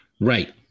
right